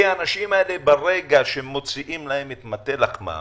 האנשים האלה, ברגע שמוציאים להם את מטה לחמם,